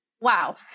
wow